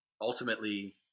ultimately